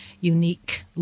unique